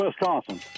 Wisconsin